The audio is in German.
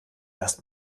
erst